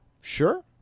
Sure